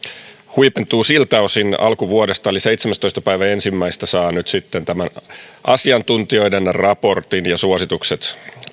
huipentuu siltä osin alkuvuodesta eli seitsemästoista ensimmäistä saan nyt sitten tämän asiantuntijoiden raportin ja suositukset